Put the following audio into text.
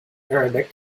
arabic